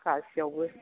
गासैयावबो